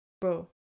bro